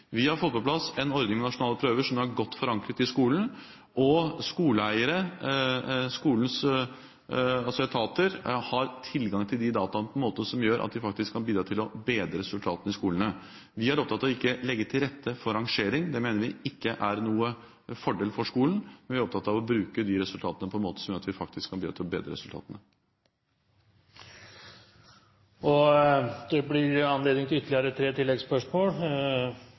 Vi har fått på plass en ordning med nasjonale prøver som er godt forankret i skolen, og skoleeiere og skolens etater har tilgang til de dataene på en måte som gjør at de kan bidra til å bedre resultatene i skolene. Vi er opptatt av ikke å legge til rette for rangering. Det mener vi ikke er noen fordel for skolen. Vi er opptatt av å bruke de resultatene på en måte som gjør at vi faktisk kan bidra til å bedre dem. Tord Lien – til oppfølgingsspørsmål. På den samme skolepolitiske konferansen kom det